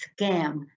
scam